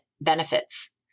benefits